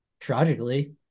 tragically